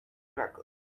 crackers